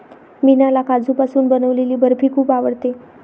मीनाला काजूपासून बनवलेली बर्फी खूप आवडते